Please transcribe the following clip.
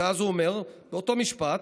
ואז הוא אומר, באותו משפט: